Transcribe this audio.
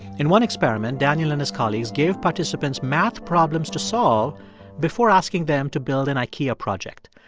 in one experiment, daniel and his colleagues gave participants math problems to solve before asking them to build an ikea project.